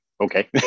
okay